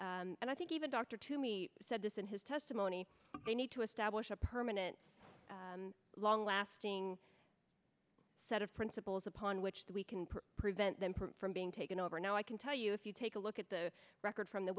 and i think even dr to me said this in his testimony they need to establish a permanent long lasting set of principles upon which that we can prevent them from being taken over now i can tell you if you take a look at the record from the